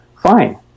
fine